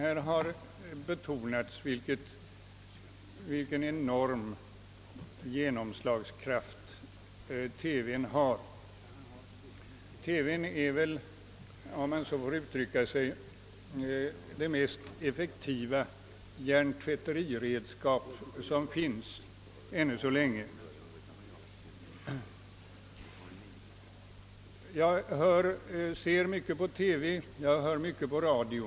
Under debatten har betonats vilken enorm genomslagskraft TV har. TV är väl, om jag så får uttrycka mig, det mest effektiva hjärntvätteriredskap som finns ännu så länge. Jag ser mycket på TV och jag hör mycket på radio.